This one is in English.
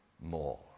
more